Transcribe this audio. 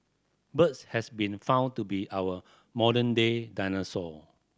birds has been found to be our modern day dinosaur